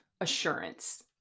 assurance